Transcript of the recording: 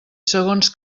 segons